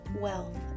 wealth